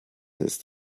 ist